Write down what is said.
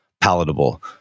palatable